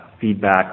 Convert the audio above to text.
feedback